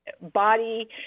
body